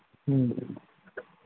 ꯎꯝ